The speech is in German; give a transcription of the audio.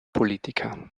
politiker